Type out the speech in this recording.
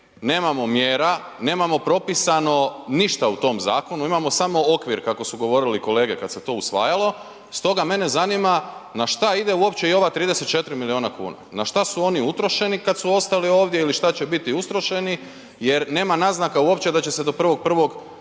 nemamo mjera, nemamo propisano ništa u tom zakonu, imamo samo okvir kako su govorili kolege kada se to usvajalo. Stoga mene zanima na šta ide uopće i ova 34 milijuna kuna, na šta su oni utrošeni kada su ostali ovdje ili šta će biti utrošeni jer nema naznaka uopće da će se do 1.1.